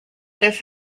this